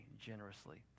generously